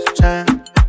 chance